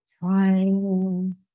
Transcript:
Trying